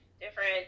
different